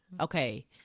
Okay